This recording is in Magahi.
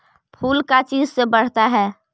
फूल का चीज से बढ़ता है?